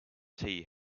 tea